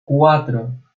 cuatro